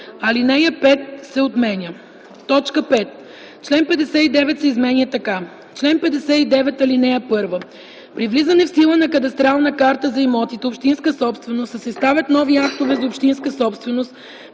алинея 5 се отменя. 5. Член 59 се изменя така: „Чл. 59. (1) При влизане в сила на кадастрална карта за имотите – общинска собственост, се съставят нови актове за общинска собственост,